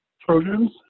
Trojans